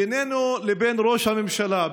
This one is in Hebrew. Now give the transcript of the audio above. בינינו לבין ראש הממשלה,